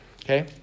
Okay